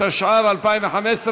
התשע"ו 2015,